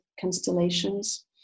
constellations